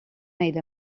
made